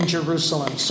Jerusalem